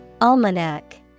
Almanac